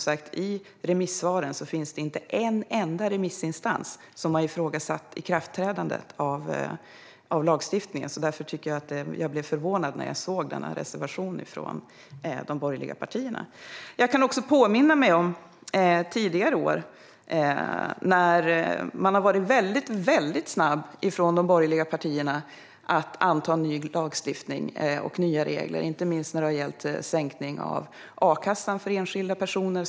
Det finns inte en enda remissinstans som har ifrågasatt ikraftträdandet av lagstiftningen. Därför blev jag förvånad över reservationen från de borgerliga partierna. Jag kan också påminna om tidigare år när de borgerliga partierna har varit väldigt snabba att anta ny lagstiftning och nya regler, inte minst när det har gällt sänkning av a-kassan för enskilda personer.